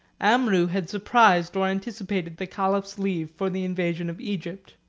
amrou had surprised or anticipated the caliph's leave for the invasion of egypt.